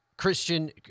Christian